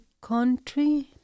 country